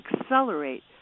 accelerate